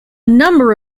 number